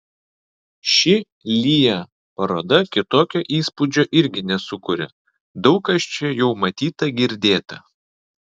ši lya paroda kitokio įspūdžio irgi nesukuria daug kas čia jau matyta girdėta